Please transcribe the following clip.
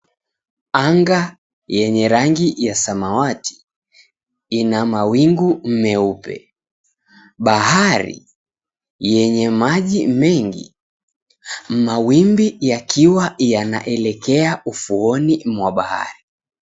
Anga yenye rangi ya samawati, ina mawingu meupe. Bahari, yenye maji mengi, mawimbi yakiwa yanaelekea ufuoni mwa bahari.